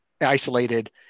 isolated